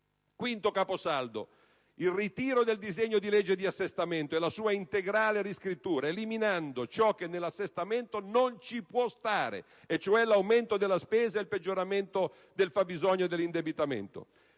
Quinto caposaldo: il ritiro del disegno di legge di assestamento e la sua integrale riscrittura, eliminando ciò che nell'assestamento non ci può stare, cioè l'aumento della spesa e il peggioramento del fabbisogno e dell'indebitamento.